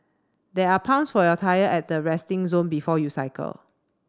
there are pumps for your tyre at the resting zone before you cycle